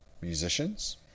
musicians